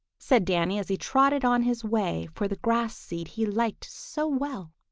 said danny, as he trotted on his way for the grass seed he liked so well.